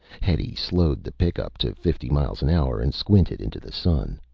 hetty slowed the pickup to fifty miles an hour and squinted into the sun.